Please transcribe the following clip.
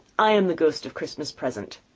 i am the ghost of christmas present,